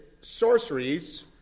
sorceries